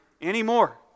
anymore